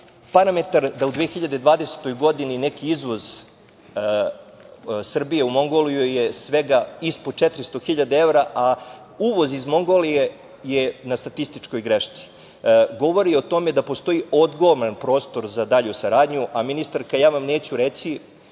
parametar da u 2020. godini neki izvoz Srbije u Mongoliju je svega ispod 400.000 evra, a uvoz iz Mongolije je na statističkoj grešci. Govori o tome da postoji ogroman prostor za dalju saradnju. Ministarka, ja vam neću reći